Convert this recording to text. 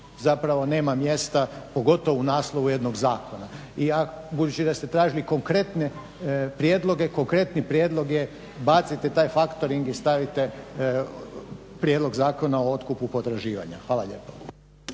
zapravo nema mjesta, pogotovo u naslovu jednog zakona. Budući da ste tražili konkretne prijedloge, konkretni prijedlog je baciti taj factoring i staviti Prijedlog zakona o otkupu potraživanja. Hvala lijepa.